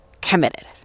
committed